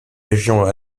régions